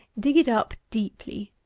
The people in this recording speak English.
dig it up deeply,